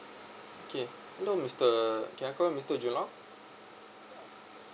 okay hello mister can I call you mister jun long